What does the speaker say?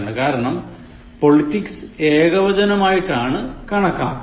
കാരണം Politics ഏകവചനമായാണ് കണക്കാക്കുന്നത്